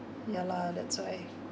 ya lah that's why